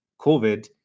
COVID